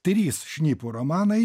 trys šnipų romanai